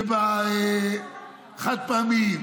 ובחד-פעמיים?